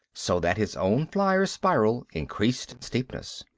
so that his own flier's spiral increased in steepness.